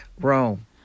Rome